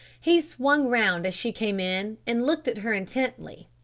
he swung round as she came in, and looked at her intently,